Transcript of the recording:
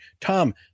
Tom